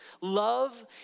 Love